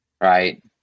right